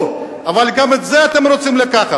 קחו, אבל גם את זה אתם לא רוצים לקחת.